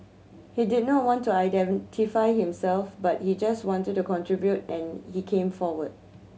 he did not want to identify himself but he just wanted to contribute and he came forward